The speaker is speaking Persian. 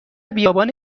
بیابان